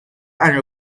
and